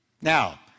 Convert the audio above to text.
Now